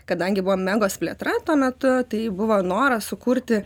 kadangi buvo megos plėtra tuo metu tai buvo noras sukurti